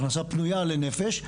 הכנסה פנויה לנפש,